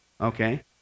Okay